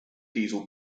diesel